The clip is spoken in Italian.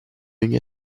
ogni